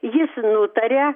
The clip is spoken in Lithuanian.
jis nutarė